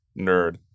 nerd